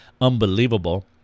unbelievable